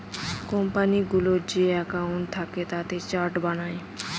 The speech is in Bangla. কোম্পানিগুলোর যে একাউন্ট থাকে তাতে চার্ট বানায়